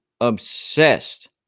obsessed